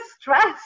stress